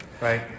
Right